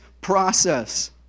process